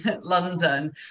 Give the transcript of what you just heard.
London